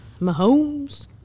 Mahomes